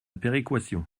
péréquation